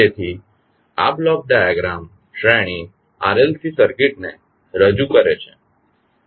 તેથી આ block diagram શ્રેણી RLC સર્કિટને રજૂ કરશે